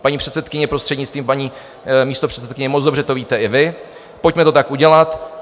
Paní předsedkyně, prostřednictvím paní místopředsedkyně, moc dobře to víte i vy, pojďme to tak udělat.